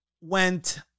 went